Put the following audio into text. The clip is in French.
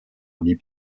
deep